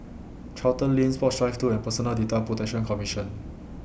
Charlton Lane Sports Drive two and Personal Data Protection Commission